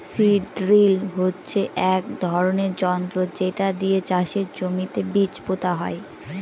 seed drill হচ্ছে এক ধরনের যন্ত্র যেটা দিয়ে চাষের জমিতে বীজ পোতা হয়